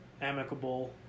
amicable